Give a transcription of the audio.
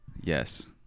Yes